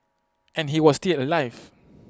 and he was still alive